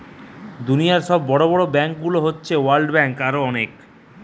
দুনিয়র সব বড় বড় ব্যাংকগুলো হতিছে ওয়ার্ল্ড ব্যাঙ্ক, আরো অনেক